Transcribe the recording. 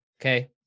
okay